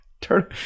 Turn